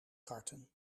karten